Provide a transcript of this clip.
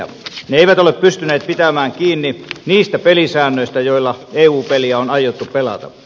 ne eivät ole pystyneet pitämään kiinni niistä pelisäännöistä joilla eu peliä on aiottu pelata